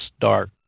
dark